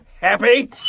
Happy